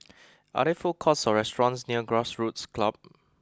are there food courts or restaurants near Grassroots Club